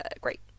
great